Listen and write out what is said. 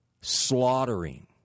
Slaughtering